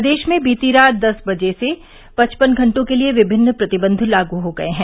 प्रदेश में बीती रात दस बजे से पचपन घंटों के लिए विमिन्न प्रतिबन्ध लागू हो गए हैं